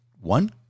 one